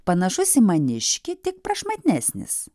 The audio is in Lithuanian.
panašus į maniškį tik prašmatnesnis